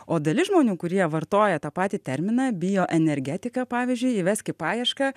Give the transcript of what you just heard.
o dalis žmonių kurie vartoja tą patį terminą bioenergetika pavyzdžiui įvesk į paiešką